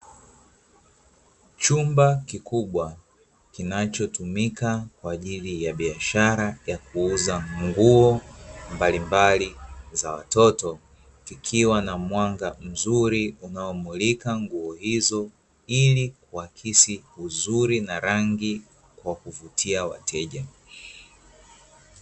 Chumba kikubwa kinachotumika kwa ajili ya biashara ya kuuza nguo mbalimbali za watoto, kikiwa na mwanga mzuri unaomulika nguo hizo ili kuakisi uzuri na rangi kwa kuvutia wateja.